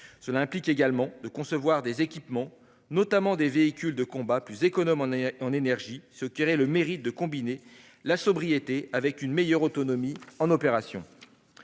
Cela implique également de concevoir des équipements, notamment des véhicules de combat, plus économes en énergie, ce qui aurait le mérite de combiner la sobriété avec une meilleure autonomie en opération.